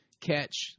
catch